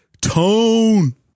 Tone